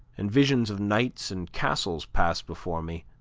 and visions of knights and castles passed before me.